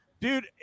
dude